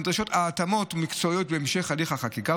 נדרשות התאמות מקצועיות בהמשך הליך החקיקה,